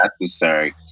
necessary